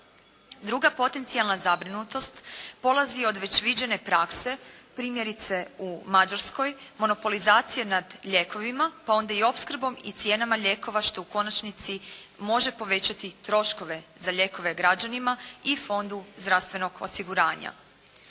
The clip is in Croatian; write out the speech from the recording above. Druga potencijalna zabrinutost polazi od već viđene prakse primjerice u Mađarskoj, monopolizacije nad lijekovima, pa onda i opskrbom i cijenama lijekova što u konačnici može povećati troškove za lijekove građanima i Fondu zdravstvenog osiguranja.